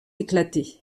éclaté